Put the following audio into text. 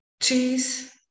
cheese